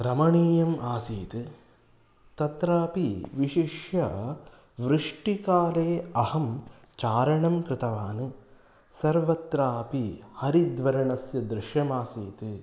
रमणीयम् आसीत् तत्रापि विशिष्य वृष्टिकाले अहं चारणं कृतवान् सर्वत्रापि हरिद्वर्णस्य दृश्यमासीत्